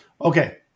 Okay